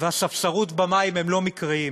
והספסרות במים הם לא מקריים.